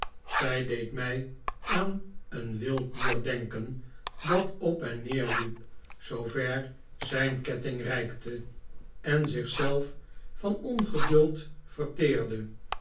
zij deed mij aan een wild dier denken dat op en neer liep zoover zijn ketting reikte en zich zelf van ongeduld verteerde